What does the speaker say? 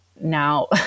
Now